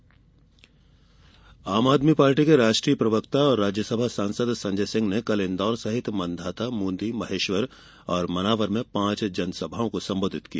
आप संजय सिंह आम आदमी पार्टी के राष्ट्रीय प्रवक्ता और राज्यसभा सांसद संजय सिंह ने कल इन्दौर सहित मंधाता मूंदी महेश्वर और मनावर में पांच जनसभाओं को संबोधित किया